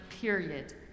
period